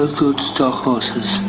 ah good stock horses